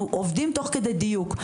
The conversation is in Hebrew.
אנחנו עובדים תוך כדי דיוק.